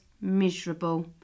miserable